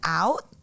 out